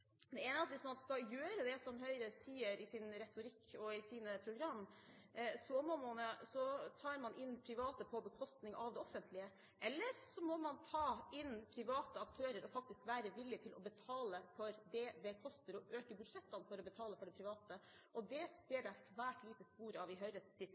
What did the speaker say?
Det ene er at hvis man skal gjøre som Høyre sier i sin retorikk og i sine program, så tar man inn private på bekostning av det offentlige, eller så må man ta inn private aktører og faktisk være villig til å betale det det koster å øke budsjettene for å betale for det private tilbudet. Det ser jeg svært lite spor av i Høyres